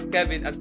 Kevin